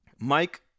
mike